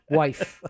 wife